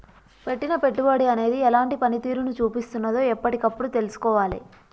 పెట్టిన పెట్టుబడి అనేది ఎలాంటి పనితీరును చూపిస్తున్నదో ఎప్పటికప్పుడు తెల్సుకోవాలే